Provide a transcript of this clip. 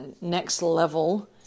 next-level